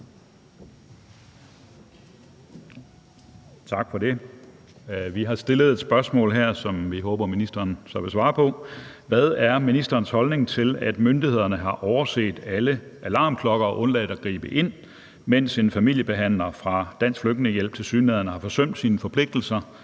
Tak for det. Vi har stillet et spørgsmål, som vi håber ministeren vil svare på. Hvad er ministerens holdning til, at myndighederne har overset alle alarmklokker og undladt at gribe ind, mens en familiebehandler fra Dansk Flygtningehjælp tilsyneladende har forsømt sine forpligtelser,